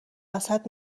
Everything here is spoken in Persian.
وسط